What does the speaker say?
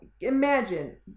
Imagine